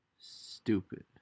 Stupid